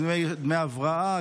דמי הבראה,